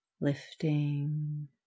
lifting